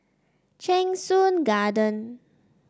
Cheng Soon Garden